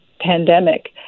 pandemic